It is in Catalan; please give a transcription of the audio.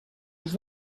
els